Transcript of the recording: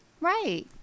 Right